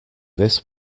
this